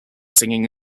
singing